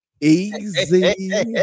Easy